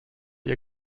ihr